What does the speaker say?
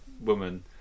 woman